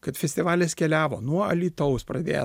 kad festivalis keliavo nuo alytaus pradėjęs